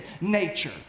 nature